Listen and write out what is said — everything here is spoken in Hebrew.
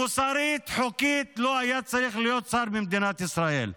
ומוסרית וחוקית לא היה צריך להיות שר במדינת ישראל.